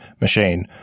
machine